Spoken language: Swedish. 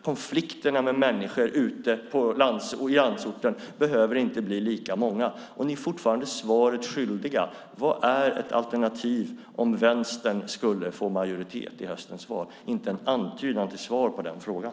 Konflikterna med människor ute i landsorten behöver inte bli lika många. Ni är fortfarande svaret skyldiga. Vad är alternativet om Vänstern skulle få majoritet i höstens val? Det finns inte en antydan till svar på den frågan.